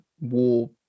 war